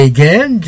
Again